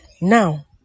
Now